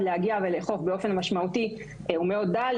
להגיע ולאכוף באופן משמעותי הוא מאוד דל.